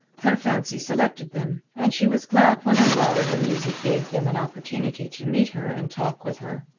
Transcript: her fancy selected them, and she was glad when a lull in the music gave them an opportunity to meet her and talk with her.